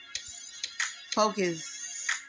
Focus